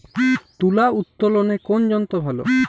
তুলা উত্তোলনে কোন যন্ত্র ভালো?